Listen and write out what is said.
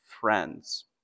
friends